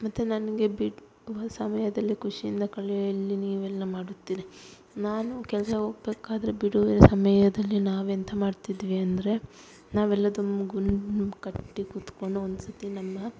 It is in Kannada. ಮತ್ತು ನನಗೆ ಬಿಡುವ ಸಮಯದಲ್ಲಿ ಖುಷಿಯಿಂದ ಕಳೆಯಲು ನೀವೆಲ್ಲ ಮಾಡುತ್ತೀನಿ ನಾನು ಕೆಲಸ ಹೋಗ್ಬೇಕಾದ್ರೆ ಬಿಡುವಿನ ಸಮಯದಲ್ಲಿ ನಾವೆಂತ ಮಾಡ್ತಿದ್ವಿ ಅಂದರೆ ನಾವೆಲ್ಲ ತುಂಬ ಗುಂಪು ಕಟ್ಟಿ ಕೂತುಕೊಂಡು ಒಂದ್ಸರ್ತಿ ನಮ್ಮ